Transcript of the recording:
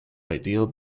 ideal